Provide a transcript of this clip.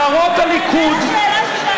אזהרות הליכוד, תענה על השאלה ששאלתי אותך.